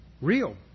real